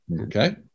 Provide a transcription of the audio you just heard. Okay